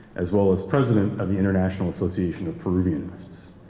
as well as president of the international association of peruvianists.